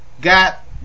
Got